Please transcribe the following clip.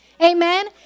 Amen